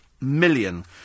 million